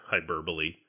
hyperbole